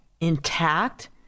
intact